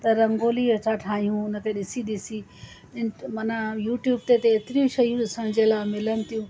त रंगोली असां ठाहियूं हुन ते ॾिसी ॾिसी माना यूट्यूब ते हेतिरी शयूं असांजे लाइ मिलनि थियूं